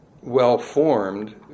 well-formed